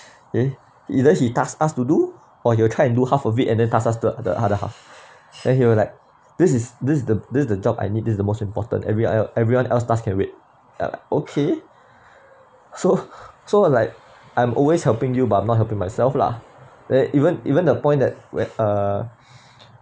okay either he tasked us to do or you try and do half of it and then task us he the other half then he was like this is this the this the job I need this the most important every ah everyone else tasks can wait ah okay so so like I'm always helping you but not helping myself lah then even even the point that where uh